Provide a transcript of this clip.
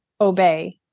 obey